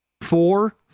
Four